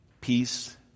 peace